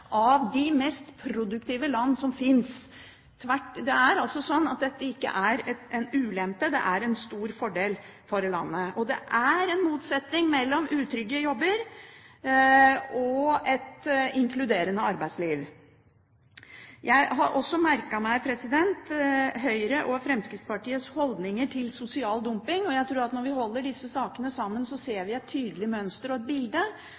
av de mest produktive land som finnes. Det er også slik at dette ikke er en ulempe; det er en stor fordel for landet. Det er en motsetning mellom utrygge jobber og et inkluderende arbeidsliv. Jeg har også merket meg Høyre og Fremskrittspartiets holdninger til sosial dumping. Jeg tror at når vi holder disse sakene sammen, ser vi et tydelig mønster og et bilde